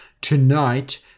Tonight